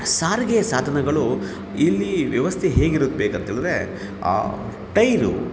ಸಾರಿಗೆಯ ಸಾಧನಗಳು ಇಲ್ಲಿ ವ್ಯವಸ್ಥೆ ಹೇಗಿರಬೇಕಂತೇಳದ್ರೆ ಟೈರು